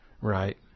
right